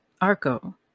Arco